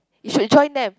you should join them